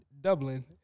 Dublin